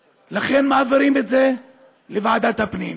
זה לא יעבור, לכן מעבירים את זה לוועדת הפנים.